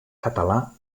català